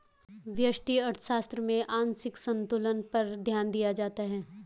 व्यष्टि अर्थशास्त्र में आंशिक संतुलन पर ध्यान दिया जाता है